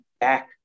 back